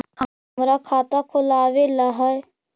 हमरा खाता खोलाबे ला है?